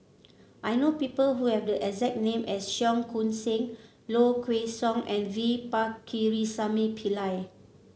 I know people who have the exact name as Cheong Koon Seng Low Kway Song and V Pakirisamy Pillai